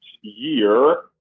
year